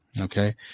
Okay